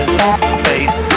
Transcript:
face